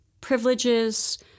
privileges